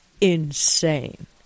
insane